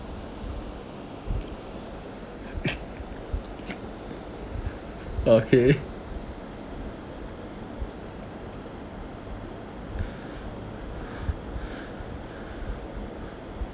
okay